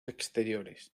exteriores